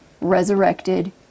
resurrected